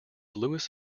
lewis